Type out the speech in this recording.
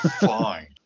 fine